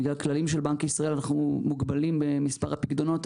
בגלל כללים של בנק ישראל אנחנו מוגבלים במספר הפיקדונות,